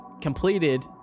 completed